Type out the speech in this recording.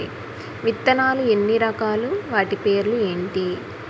విత్తనాలు ఎన్ని రకాలు, వాటి పేర్లు ఏంటి?